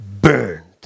burned